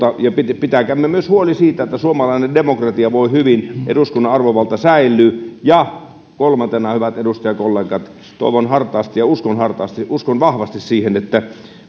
ja pitäkäämme myös huoli siitä että suomalainen demokratia voi hyvin eduskunnan arvovalta säilyy kolmantena hyvät edustajakollegat toivon hartaasti ja uskon vahvasti siihen että